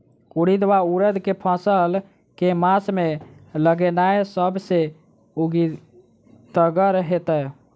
उड़ीद वा उड़द केँ फसल केँ मास मे लगेनाय सब सऽ उकीतगर हेतै?